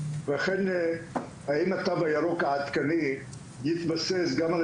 לכן האם התו הירוק העדכני יתבסס גם על